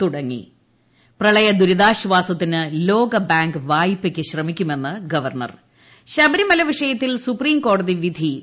തുടങ്ങി പ്രളയ ദുരിതാശ്ചാസത്തിന് ലോകബാങ്ക് വായ്പക്ക് ശ്രമിക്കുമെന്ന് ഗവർണർ ശബരിമല വിഷയത്തിൽ സുപ്രീംകോടതി വിധി മാനിക്കുന്നു